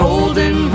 Golden